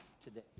today